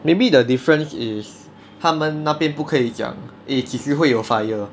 maybe the difference is 他们那边不可以讲 eh 几时会有 fire